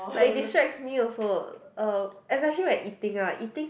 like it distracts me also uh as I hear when eating ah eating